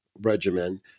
regimen